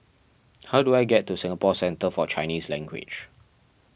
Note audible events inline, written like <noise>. <noise> how do I get to Singapore Centre for Chinese Language